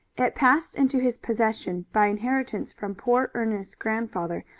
it passed into his possession by inheritance from poor ernest's grandfather,